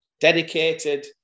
dedicated